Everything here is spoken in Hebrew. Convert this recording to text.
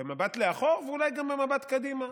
במבט לאחור ואולי גם במבט קדימה,